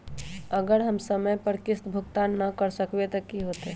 अगर हम समय पर किस्त भुकतान न कर सकवै त की होतै?